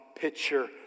Picture